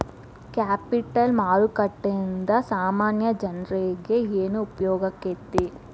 Capital ಮಾರುಕಟ್ಟೇಂದಾ ಸಾಮಾನ್ಯ ಜನ್ರೇಗೆ ಏನ್ ಉಪ್ಯೊಗಾಕ್ಕೇತಿ?